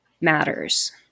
matters